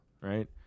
Right